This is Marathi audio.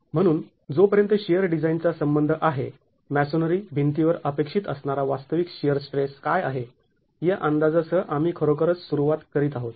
म्हणून जोपर्यंत शिअर डिझाईन चा संबंध आहे मॅसोनेरी भिंतीवर अपेक्षित असणारा वास्तविक शिअर स्ट्रेस काय आहे या अंदाजासह आम्ही खरोखरच सुरुवात करीत आहोत